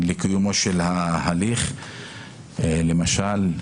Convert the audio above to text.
לקיומו של ההליך, למשל: